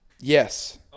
Yes